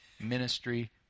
ministry